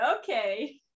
okay